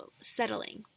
settling